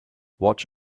watch